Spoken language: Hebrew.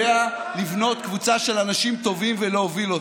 לבנות קבוצה של אנשים טובים ולהוביל אותה.